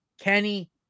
Kenny